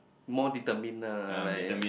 more determine lah like